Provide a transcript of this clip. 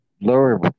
lower